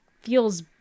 feels